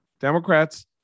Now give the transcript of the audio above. Democrats